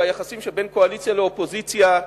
ביחסים שבין הקואליציה לאופוזיציה.